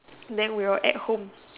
then we were at home